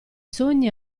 sogni